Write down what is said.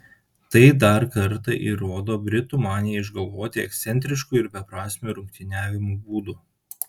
tai dar kartą įrodo britų maniją išgalvoti ekscentriškų ir beprasmių rungtyniavimo būdų